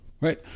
Right